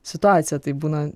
situaciją tai būna